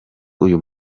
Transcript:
uyu